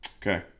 Okay